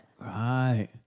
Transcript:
right